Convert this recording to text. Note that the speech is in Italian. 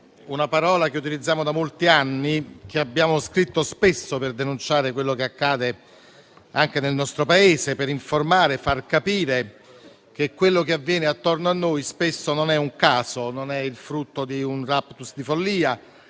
una parola che utilizziamo da molti anni, che abbiamo scritto spesso per denunciare quello che accade anche nel nostro Paese, per informare e far capire che quello che avviene attorno a noi spesso non è un caso, non è il frutto di un *raptus* di follia,